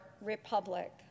republic